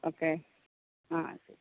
okay ആ ശരി